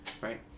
right